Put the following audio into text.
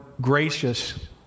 gracious